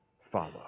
follow